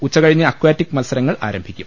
ഉച്ചക ട ഴിഞ്ഞ് അക്വാട്ടിക് മത്സരങ്ങൾ ആരംഭിക്കും